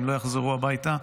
האם לא יחזרו הביתה.